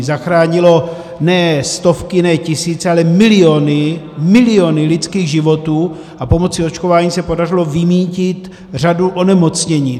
Zachránilo ne stovky, ne tisíce, ale miliony, miliony lidských životů a pomocí očkování se podařilo vymýtit řadu onemocnění.